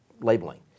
labeling